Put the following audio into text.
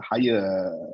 higher